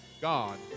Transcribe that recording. God